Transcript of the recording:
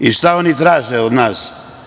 I šta oni traže od nas?